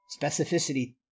Specificity